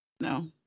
No